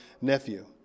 nephew